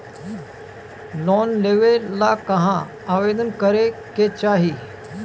Loan लेवे ला कहाँ आवेदन करे के चाही?